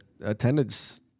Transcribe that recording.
attendance